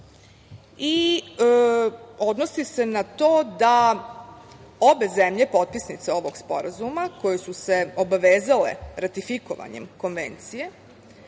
i odnosi se na to da obe zemlje potpisnice ovog sporazuma koje su se obavezale ratifikovanjem Konvencije